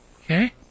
Okay